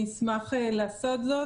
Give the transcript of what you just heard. אני אשמח לעשות זאת.